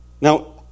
Now